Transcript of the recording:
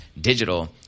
digital